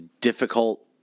difficult